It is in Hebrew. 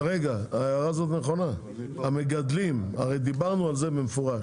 רגע, ההערה הזאת נכונה, הרי דיברנו על זה במפורש